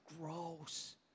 gross